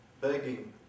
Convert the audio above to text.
begging